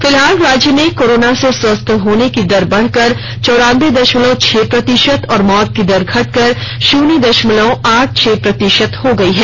फिलहाल राज्य में कोरोना से स्वस्थ होने की दर बढ़कर चौरान्बे दशमलव छह प्रतिशत और मौत की दर घटकर शून्य दशमलव आठ छह प्रतिशत हो गई है